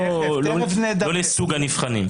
לא לסוג הנבחנים.